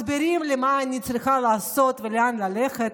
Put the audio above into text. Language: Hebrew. מסבירים לי מה אני צריכה לעשות ולאן ללכת,